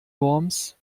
worms